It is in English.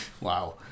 wow